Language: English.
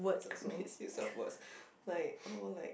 misuse of words like oh like